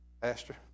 Pastor